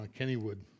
Kennywood